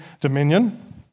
dominion